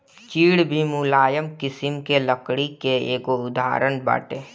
चीड़ भी मुलायम किसिम के लकड़ी कअ एगो उदाहरण बाटे